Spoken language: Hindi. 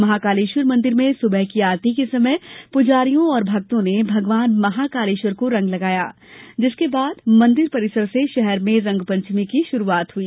महाकालेश्वर मंदिर में सुबह की आरती के समय पुजारियों और भक्तों ने भगवान महाकालेश्वर को रंग लगाया जिसके बाद मंदिर परिसर से शहर में रंगपंचमी की शुरुआत हुई